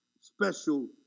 special